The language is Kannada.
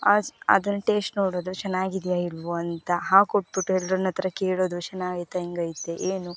ಅಸ್ ಅದನ್ನು ಟೇಶ್ಟ್ ನೋಡೋದು ಚೆನ್ನಾಗಿದ್ಯ ಇಲ್ಲವೋ ಅಂತ ಹಾಕ್ಕೊಟ್ಟುಬಿಟ್ಟು ಎಲ್ರ ಹತ್ರ ಕೇಳೋದು ಚೆನ್ನಾಗೈತ ಹೆಂಗೈತೆ ಏನು